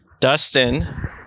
Dustin